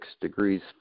degrees